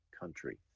country